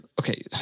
okay